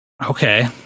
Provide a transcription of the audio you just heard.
Okay